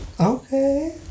Okay